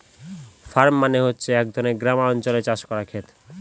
farm মানে হচ্ছে এক গ্রামাঞ্চলে চাষ করার খেত